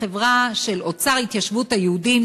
חברת "אוצר התיישבות היהודים",